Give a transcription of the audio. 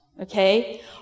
okay